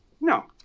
No